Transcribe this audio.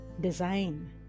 design